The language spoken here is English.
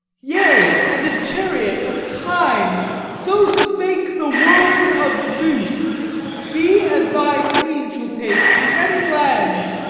yea, and a chariot of kine so spake the word of zeus thee and thy queen shall take through many lands,